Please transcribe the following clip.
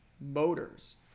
Motors